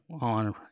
on